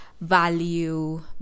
value